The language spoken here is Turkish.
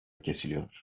kesiliyor